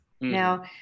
Now